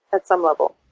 at some level.